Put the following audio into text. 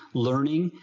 learning,